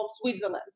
Switzerland